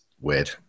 weird